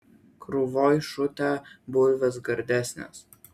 krūvoj šutę bulvės gardesnės